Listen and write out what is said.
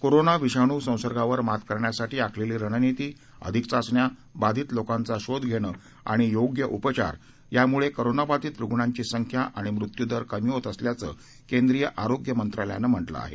corona विषाणू संसर्गावर मात करण्यासाठी आखलेली रणनिती अधिक चाचण्या बाधित लोकांचा शोध घेणं आणि योग्य उपचारांमुळे कोरोनाबाधित रुग्णांची संख्या आणि मृत्यूदर कमी होत असल्याचं केंद्रीय आरोग्य मंत्रालयानं म्हटलं आहे